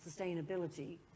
sustainability